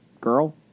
girl